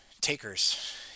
takers